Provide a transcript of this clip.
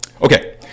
Okay